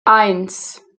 eins